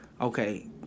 okay